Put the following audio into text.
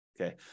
okay